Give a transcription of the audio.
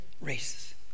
races